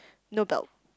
no belt